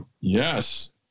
yes